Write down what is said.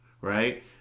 right